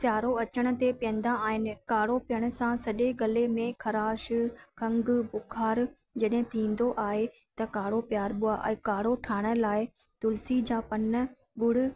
सियारो अचण ते पीअंदा आहिनि काढ़ो पीअण सां सॼे गले में ख़राश खंघि बुख़ारु जॾहिं थींदो आहे त काढ़ो पीआरिबो आहे ऐं काढ़ो ठाहिण लाइ तुलिसी जा पन ॻुड़ु